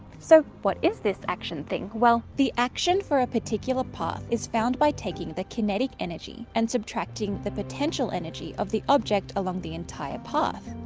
so what is this action thing? well, the action for a particular path is found by taking the kinetic energy and subtracting the potential energy of the object along the entire path.